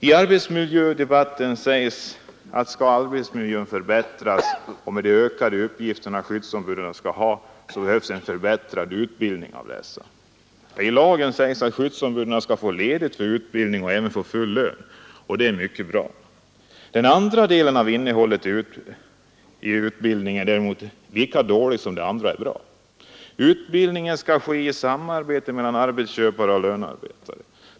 I arbetsmiljödebatten sägs att om arbetsmiljön skall kunna förbättras, så behövs, med de ökade uppgifter skyddsombuden skall ha, en förbättrad utbildning av dessa. I lagen sägs att skyddsombuden skall få ledigt för utbildning med full lön under utbildningstiden. Det är mycket bra. Den andra delen, om innehållet i utbildningen, är däremot lika dålig som det första är bra. Utbildningen skall ske i samarbete mellan arbetsköpare och lönearbetare.